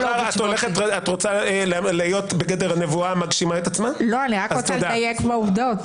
הליך חקיקה שבו אין לשלטון רוב מובנה,